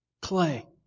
Clay